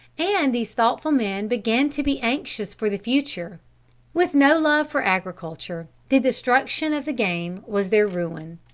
and these thoughtful men began to be anxious for the future with no love for agriculture the destruction of the game was their ruin.